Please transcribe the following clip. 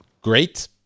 great